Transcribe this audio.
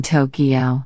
Tokyo